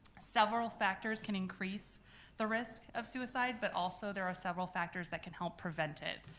several factors can increase the risk of suicide, but also there are several factors that can help prevent it.